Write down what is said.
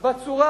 בצורה